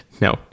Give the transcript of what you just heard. No